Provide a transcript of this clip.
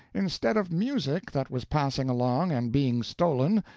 instead of music that was passing along and being stolen,